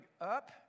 up